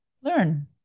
learn